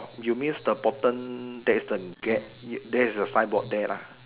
you means the bottom that is the gate that is the signboard there lah